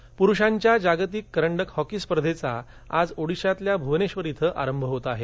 hockey प्रुषांच्या जागतिक करंडक हॉकी स्पर्धांचा आज ओडीशामध्ये भ्वनेश्वर इथं आरंभ होत आहे